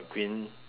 green